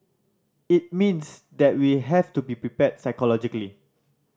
it means that we have to be prepared psychologically